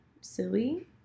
silly